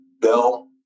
Bell